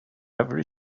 every